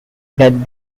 that